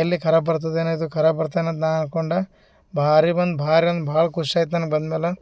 ಎಲ್ಲಿ ಖರಾಬ್ ಬರ್ತದೇನೋ ಇದು ಖರಾಬ್ ಬರ್ತೇನೋ ಅಂತ ನಾ ಅನ್ಕೊಂಡೆ ಭಾರಿ ಬಂದ ಭಾರಿ ಅಂದು ಭಾಳ ಖುಷಿ ಆಯ್ತು ನನ್ಗೆ ಬಂದ್ಮೇಲೆ